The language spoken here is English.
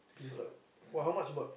Tissot !wah! how much you bought